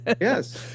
Yes